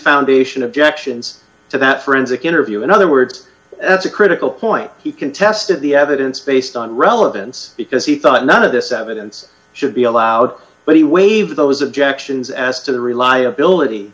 foundation objections to that forensic interview in other words that's a critical point he contested the evidence based on relevance because he thought none of this evidence should be allowed but he waived those objections as to the reliability